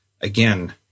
again